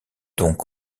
donc